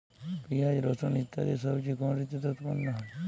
পিঁয়াজ রসুন ইত্যাদি সবজি কোন ঋতুতে উৎপন্ন হয়?